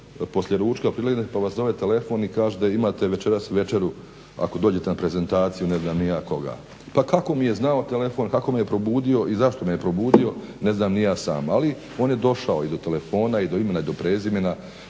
poslije ručka prilegnete pa vam zvoni telefon i kaže da imate večeras večeru ako dođete na prezentaciju ne znam ni ja koga. Pa kako mi je znao telefon, kako me je probudio i zašto me je probudio ne znam ni ja sam. Ali on je došao i do telefona i do imena i do prezimena